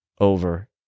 over